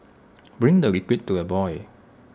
bring the liquid to the boil